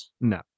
No